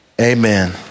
Amen